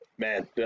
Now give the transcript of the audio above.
Man